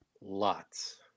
lots